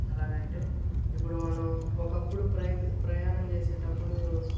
ఎలాగంటే ఇప్పుడు మనం ఒకప్పుడు ప్రై ప్రయాణం చేసేటప్పుడు